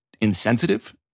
insensitive